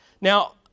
Now